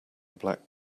black